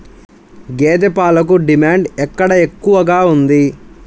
గేదె పాలకు డిమాండ్ ఎక్కడ ఎక్కువగా ఉంది?